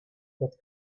that